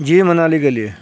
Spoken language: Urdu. جی منالی کے لیے